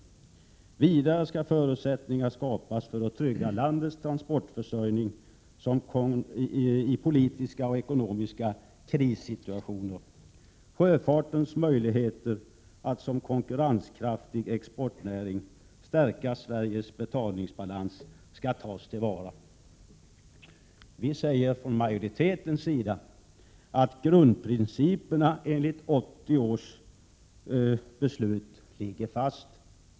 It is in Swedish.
Vidare skall förutsättningar skapas för att trygga landets transportförsörjning i politiska och ekonomiska krissituationer. Sjöfartens möjligheter att som konkurrenskraftig exportnäring stärka Sveriges betalningsbalans skall tas till vara.” Vi i utskottsmajoriteten säger att grundprinciperna enligt 1980 års beslut ligger fast.